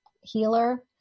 healer